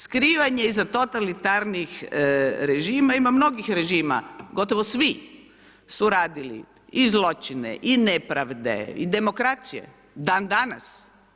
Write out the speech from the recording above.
Skrivanje iz totalitarnih režima, ima mnogih režima, gotovo svi su radili i zločine i nepravde i demokracije, dan danas.